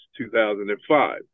2005